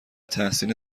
تحسین